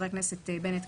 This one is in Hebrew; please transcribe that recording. חברי הכנסת בנט,